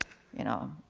you know,